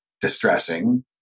distressing